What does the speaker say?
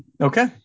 Okay